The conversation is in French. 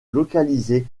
localiser